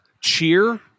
Cheer